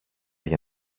για